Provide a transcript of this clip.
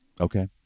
Okay